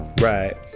Right